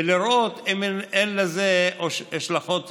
ולראות אם אין לזה השלכות רוחביות.